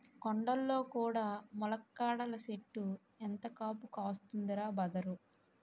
కొండల్లో కూడా ములక్కాడల సెట్టు ఎంత కాపు కాస్తందిరా బదరూ